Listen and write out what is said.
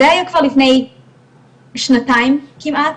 זה היה כבר לפני שנתיים כמעט,